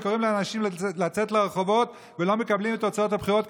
ושקוראים לאנשים לצאת לרחובות ולא מקבלים את תוצאות הבחירות,